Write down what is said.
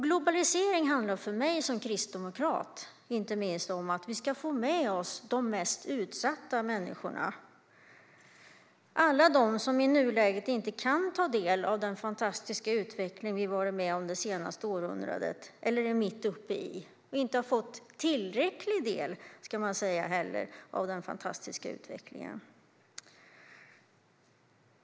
Globaliseringen handlar, för mig som kristdemokrat, inte minst om att vi ska få med oss de mest utsatta människorna - alla de som i nuläget inte kan ta del av den fantastiska utveckling som vi har varit med om det senaste århundradet eller är mitt uppe i och inte har fått tillräcklig del av.